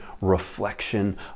reflection